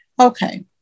Okay